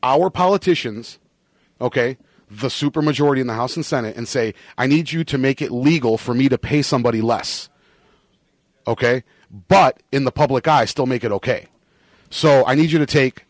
our politicians ok the supermajority in the house and senate and say i need you to make it legal for me to pay somebody less ok but in the public i still make it ok so i need you to take